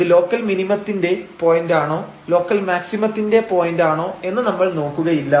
ഇത് ലോക്കൽ മിനിമത്തിന്റെ പോയന്റാണോ ലോക്കൽ മാക്സിമത്തിന്റെ പോയന്റാണോ എന്ന് നമ്മൾ നോക്കുകയില്ല